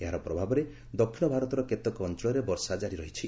ଏହାର ପ୍ରଭାବରେ ଦକ୍ଷିଣ ଭାରତର କେତେକ ଅଞ୍ଞଳରେ ବର୍ଷା ଜାରି ରହିଛି